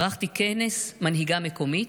ערכתי כנס "מנהיגה מקומית"